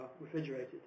refrigerated